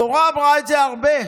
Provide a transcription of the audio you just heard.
התורה אמרה את זה הרבה.